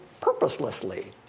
purposelessly